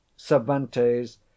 Cervantes